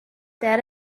that